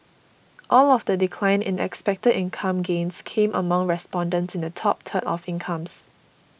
all of the decline in expected income gains came among respondents in the top third of incomes